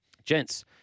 Gents